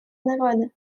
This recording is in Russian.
народа